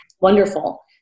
Wonderful